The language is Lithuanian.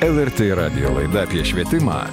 lrt radijo laida apie švietimą